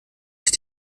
ist